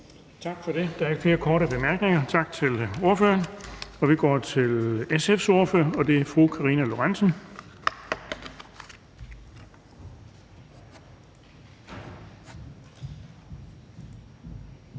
Tak for det. Der er ikke flere korte bemærkninger. Tak til ordføreren, og vi går til SF's ordfører, og det er fru Karina Lorentzen